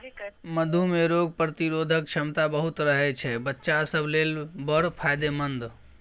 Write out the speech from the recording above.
मधु मे रोग प्रतिरोधक क्षमता बहुत रहय छै बच्चा सब लेल बड़ फायदेमंद